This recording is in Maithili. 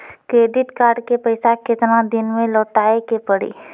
क्रेडिट कार्ड के पैसा केतना दिन मे लौटाए के पड़ी?